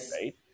right